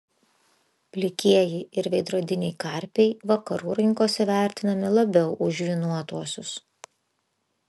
plikieji ir veidrodiniai karpiai vakarų rinkose vertinami labiau už žvynuotuosius